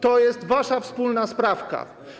To jest wasza wspólna sprawka.